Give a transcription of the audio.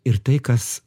ir tai kas